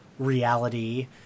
reality